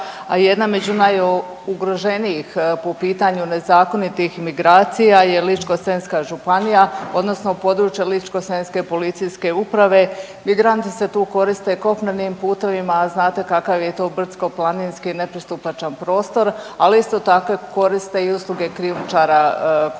jedna među najugroženijih po pitanju nezakonitih migracija je Ličko-senjska županija odnosno područje Ličko-senjske policijske uprave. Migranti se tu koriste kopnenim putevima, a znate kakav je to brdsko-planinski planinski nepristupačan prostor, ali isto tako koriste i usluge krijumčara koji